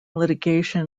litigation